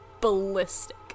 ballistic